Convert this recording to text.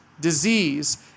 disease